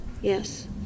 yes